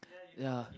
ya